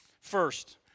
First